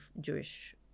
Jewish